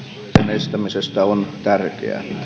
estämisestä on tärkeää